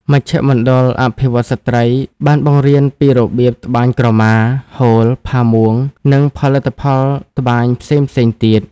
មជ្ឈមណ្ឌលអភិវឌ្ឍន៍ស្ត្រី បានបង្រៀនពីរបៀបត្បាញក្រមា ហូល ផាមួង និងផលិតផលត្បាញផ្សេងៗទៀត។